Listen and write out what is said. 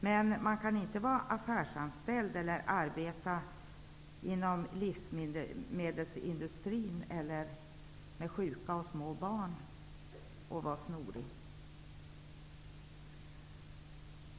Men det går inte att vara affärsanställd, arbeta inom livsmedelsindustrin, arbeta med sjuka människor eller små barn och samtidigt vara snorig.